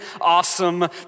awesome